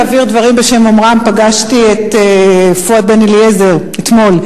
פגשתי את פואד בן-אליעזר אתמול.